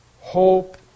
hope